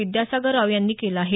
विद्यासागर राव यांनी केलं आहे